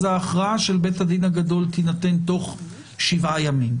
אז ההכרעה של בית הדין הגדול תינתן תוך שבעה ימים.